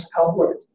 outward